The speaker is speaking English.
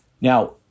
Now